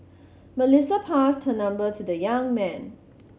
Melissa passed her number to the young man